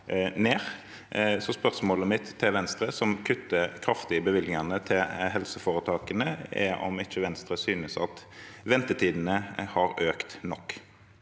Spørsmålet mitt til Venstre, som kutter kraftig i bevilgningene til helseforetakene, er om ikke Venstre synes at ventetidene har økt nok.